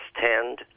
tend